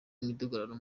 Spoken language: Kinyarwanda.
imidugararo